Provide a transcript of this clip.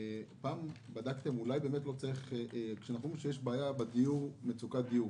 ברור שיש מצוקת דיור.